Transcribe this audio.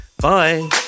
Bye